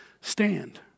stand